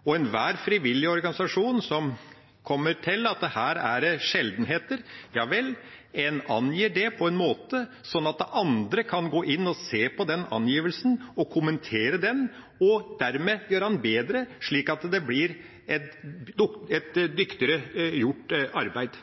slik at enhver frivillig organisasjon som kommer til at det her er sjeldenheter, angir det på en måte som gjør at andre kan gå inn og se på den angivelsen og kommentere den, og dermed gjøre den bedre, slik at arbeidet blir dyktigere gjort.